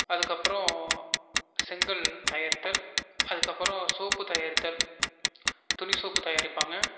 அதுக்கப்புறம் செங்கல் தயாரித்தல் அதுக்கப்புறம் சோப்பு தயாரித்தல் துணி சோப்பு தயாரிப்பாங்க